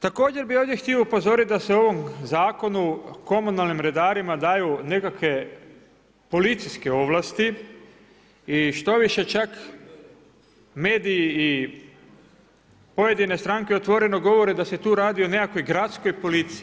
Također bih ovdje htio upozoriti da se u ovom zakonu komunalnim redarima daju nekakve policijske ovlasti i štoviše čak mediji i pojedine stranke otvoreno govore da se tu radi o nekakvoj gradskoj policiji.